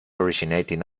originating